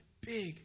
big